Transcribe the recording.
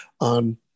on